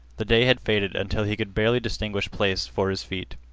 the day had faded until he could barely distinguish place for his feet.